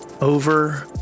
over